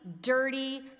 dirty